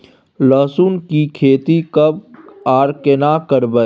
लहसुन की खेती कब आर केना करबै?